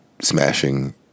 smashing